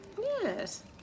Yes